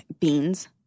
beans